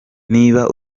niba